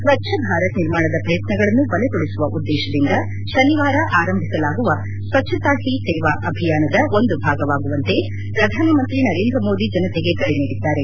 ಸ್ತಚ್ಲಭಾರತ್ ನಿರ್ಮಾಣದ ಪ್ರಯತ್ನಗಳನ್ನು ಬಲಗೊಳಿಸುವ ಉದ್ದೇಶದಿಂದ ಶನಿವಾರ ಆರಂಭಿಸಲಾಗುವ ಸ್ತಚ್ಲತಾ ಹಿ ಸೇವಾ ಅಭಿಯಾನದ ಒಂದು ಭಾಗವಾಗುವಂತೆ ಶ್ರಧಾನಮಂತ್ರಿ ನರೇಂದ್ರಮೋದಿ ಜನತೆಗೆ ಕರೆ ನೀಡಿದ್ದಾರೆ